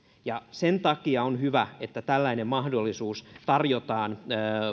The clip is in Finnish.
sen takia on hyvä että tällainen mahdollisuus tarjotaan